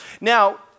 Now